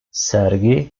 sergi